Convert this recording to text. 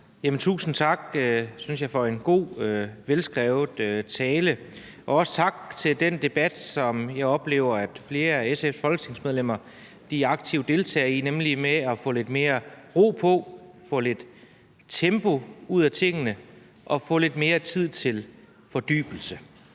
Tusind tak for en, synes jeg, god og velskrevet tale. Også tak for den debat, som jeg oplever flere af SF's folketingsmedlemmer aktivt deltager i, nemlig med at få lidt mere ro på, få lidt tempo ud af tingene og få lidt mere tid til fordybelse.